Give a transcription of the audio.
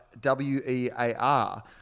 w-e-a-r